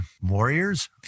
warriors